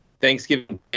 Thanksgiving